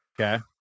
okay